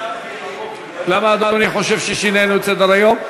למה אדוני חושב ששינינו את סדר-היום?